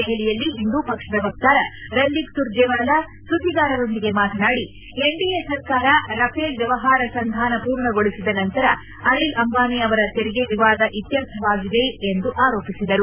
ದೆಹಲಿಯಲ್ಲಿಂದು ಪಕ್ಷದ ವಕ್ತಾರ ರಂದೀಪ್ ಸುರ್ಜೇವಾಲಾ ಸುದ್ದಿಗಾರರೊಂದಿಗೆ ಮಾತನಾಡಿ ಎನ್ಡಿಎ ಸರ್ಕಾರ ರಫೇಲ್ ವ್ಲವಹಾರ ಸಂಧಾನ ಪೂರ್ಣಗೊಳಿಸಿದ ನಂತರ ಅನಿಲ್ ಅಂಬಾನಿ ಅವರ ತೆರಿಗೆ ವಿವಾದ ಇತ್ತರ್ಥವಾಗಿದೆ ಎಂದು ಆರೋಪಿಸಿದರು